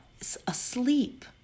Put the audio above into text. asleep